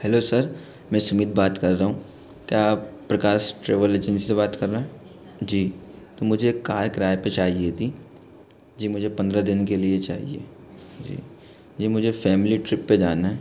hello sir मैं सुमित बात कर रहा हूँ क्या आप प्रकास ट्रवल एजेंसी से बात कर रहें जी तो मुझे एक कार किराए पर चाहिए थी जी मुझे पन्द्रह दिन के लिए चाहिए जी जी मुझे फ़ैमिली ट्रिप पर जाना है